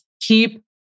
Keep